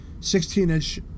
16-inch